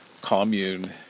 commune